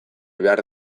behar